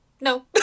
No